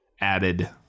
added